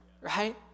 right